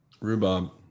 Rhubarb